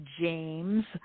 James